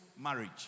marriage